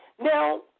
Now